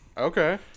Okay